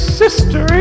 sister